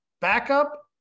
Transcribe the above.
backup